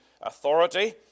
authority